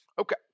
Okay